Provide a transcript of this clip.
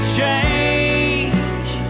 change